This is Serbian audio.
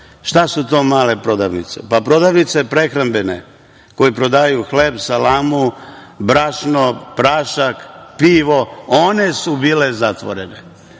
šta su to male prodavnice? Pa prodavnice prehrambene koje prodaju hleb, salamu, brašno, prašak, pivo, one su bile zatvorene,